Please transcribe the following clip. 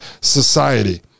society